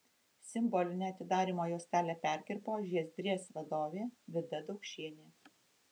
simbolinę atidarymo juostelę perkirpo žiezdrės vadovė vida daukšienė